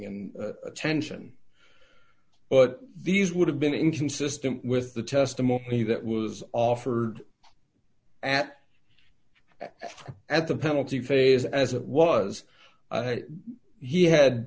and attention but these would have been inconsistent with the testimony that was offered at at at the penalty phase as it was he had